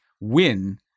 win